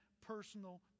personal